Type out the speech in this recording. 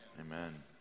Amen